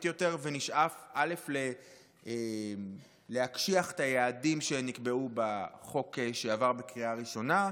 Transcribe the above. יותר: נשאף להקשיח את היעדים בחוק שעבר בקריאה ראשונה,